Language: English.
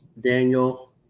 Daniel